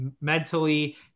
mentally